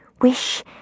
wish